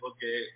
Okay